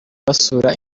basura